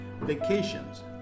Vacations